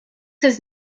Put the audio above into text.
his